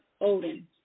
Odin